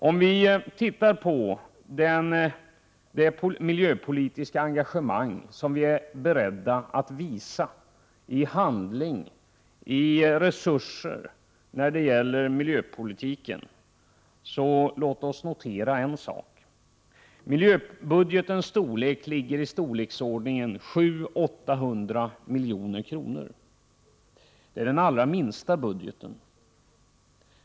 Låt oss notera en sak när vi ser på det miljöpolitiska engagemang man är beredd att visa i handling och resurser. Miljöbudgeten är i storleksordningen 700-800 milj.kr. Det är den allra minsta budgeten.